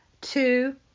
Two